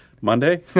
Monday